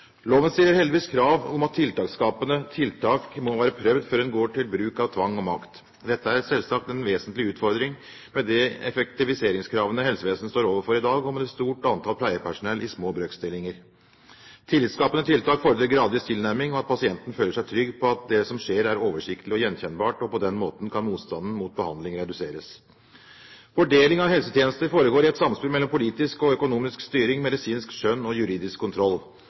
Loven stiller heldigvis krav om at tillitskapende tiltak må være prøvd før en går til bruk av tvang og makt. Dette er selvsagt en vesentlig utfordring med de effektiviseringskravene helsevesenet står overfor i dag, og med et stort antall pleiepersonell i små brøkstillinger. Tillitskapende tiltak fordrer gradvis tilnærming og at pasienten føler seg trygg på at det som skjer, er oversiktlig og gjenkjennbart, og på den måten kan motstanden mot behandling reduseres. Fordeling av helsetjenester foregår i et samspill mellom politisk og økonomisk styring, medisinsk skjønn og juridisk kontroll.